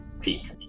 peak